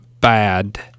bad